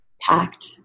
packed